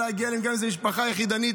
גם אם זו משפחה יחידנית,